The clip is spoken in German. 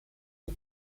die